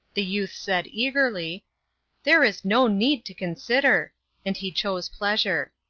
the youth said, eagerly there is no need to consider and he chose pleasure.